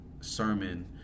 sermon